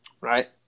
Right